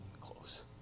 close